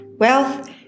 Wealth